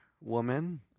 woman